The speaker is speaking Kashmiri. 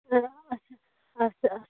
اچھا اچھا